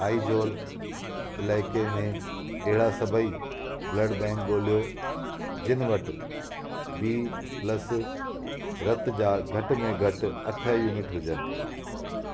अइजोल इलाइके में अहिड़ा सभई ब्लड बैंक ॻोल्हियो जिन वटि बी प्लस रत जा घटि में घटि अठ यूनिट हुजनि